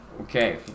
Okay